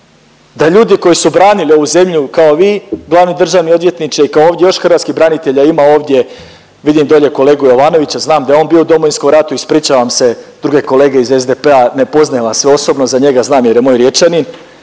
da ljudi koji su branili ovu zemlju kao vi glavni državni odvjetniče i kao ovdje još hrvatskih branitelja ima ovdje, vidim dolje kolegu Jovanovića, znam da je on bio u Domovinskom ratu, ispričavam se, druge kolege iz SDP-a ne poznajem vas sve osobno, za njega znam jer je moj Riječanin,